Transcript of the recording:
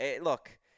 look